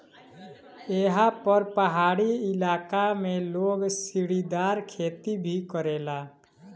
एहा पर पहाड़ी इलाका में लोग सीढ़ीदार खेती भी करेला